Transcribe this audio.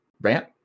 rant